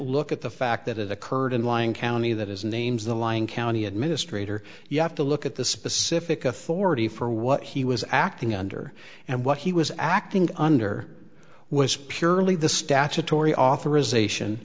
look at the fact that it occurred in lyon county that his name's the lying county administrator you have to look at the specific authority for what he was acting under and what he was acting under was purely the statutory authorization